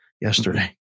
yesterday